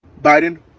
Biden